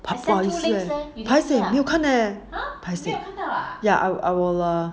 paiseh 不好意思 eh paiseh 没有看 eh paiseh ya I will err